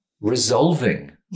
resolving